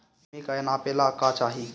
भूमि के नापेला का चाही?